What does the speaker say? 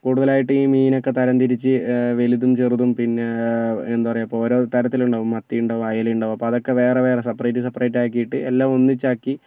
കൂടുതലായിട്ട് ഈ മീനൊക്കെ തരംതിരിച്ച് വലുതും ചെറുതും പിന്നെ എന്താ പറയുക ഇപ്പോൾ ഓരോ തരത്തിലുണ്ടാകും മത്തി ഉണ്ടാകും അയില ഉണ്ടാകും അപ്പോൾ അതൊക്കെ വേറെ വേറെ സെപ്പറേറ്റ് സെപ്പറേറ്റ് ആക്കിയിട്ട് എല്ലാം ഒന്നിച്ചാക്കി